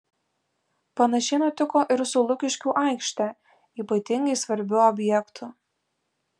panašiai nutiko ir su lukiškių aikšte ypatingai svarbiu objektu